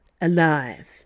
Alive